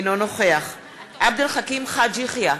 אינו נוכח עבד אל חכים חאג' יחיא,